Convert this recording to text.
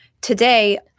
today